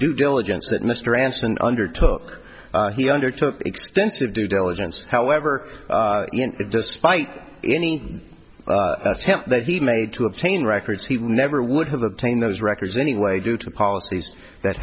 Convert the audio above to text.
due diligence that mr ranson undertook he undertook extensive due diligence however despite any attempt that he made to obtain records he never would have obtained those records anyway due to policies that